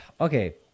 Okay